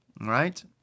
right